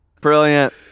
brilliant